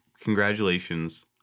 Congratulations